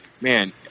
man